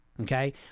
okay